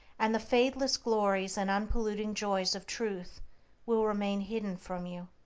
and the fadeless glories and unpolluting joys of truth will remain hidden from you.